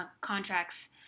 contracts